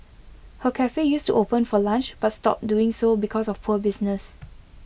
her Cafe used to open for lunch but stopped doing so because of poor business